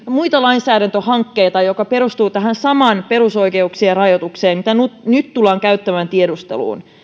muita lainsäädäntöhankkeita joka perustuvat tähän samaan perusoikeuksien rajoitukseen mitä nyt tullaan käyttämään tiedusteluun